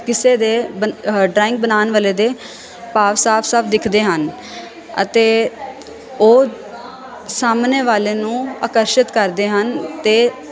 ਕਿਸੇ ਦੇ ਬੰਦੇ ਡਰਾਇੰਗ ਬਣਾਉਣ ਵਾਲੇ ਦੇ ਭਾਵ ਸਾਫ ਸਾਫ ਦਿਖਦੇ ਹਨ ਅਤੇ ਉਹ ਸਾਹਮਣੇ ਵਾਲੇ ਨੂੰ ਆਕਰਸ਼ਿਤ ਕਰਦੇ ਹਨ ਅਤੇ